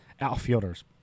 outfielders